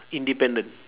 independent